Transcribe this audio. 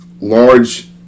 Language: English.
large